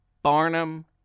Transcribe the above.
Barnum